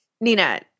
Nina